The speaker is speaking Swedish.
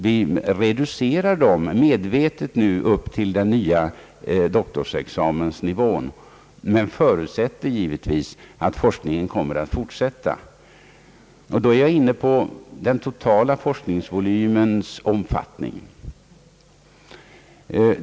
Vi reducerar dem nu medvetet upp till den nya doktorsexamensnivån, men förutsätter givetvis att forskningen kommer att fortsätta. Då är jag inne på den totala forskningsvolymens problem.